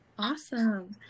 Awesome